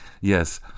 Yes